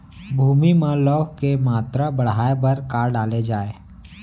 भूमि मा लौह के मात्रा बढ़ाये बर का डाले जाये?